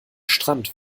strand